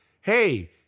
Hey